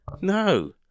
No